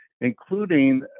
including